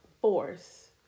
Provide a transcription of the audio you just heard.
force